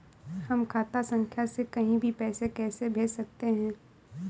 हम खाता संख्या से कहीं भी पैसे कैसे भेज सकते हैं?